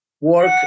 Work